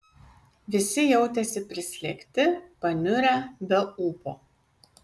visi jautėsi prislėgti paniurę be ūpo